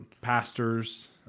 pastors